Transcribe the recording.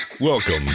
Welcome